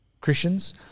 Christians